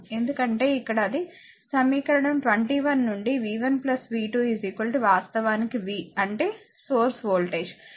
ఎందుకంటే ఇక్కడ అది సమీకరణం 21 నుండి v 1 v 2 వాస్తవానికి v అంటే సోర్స్ వోల్టేజ్